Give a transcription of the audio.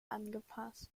angepasst